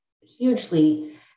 hugely